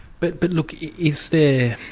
but but look, is there,